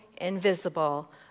invisible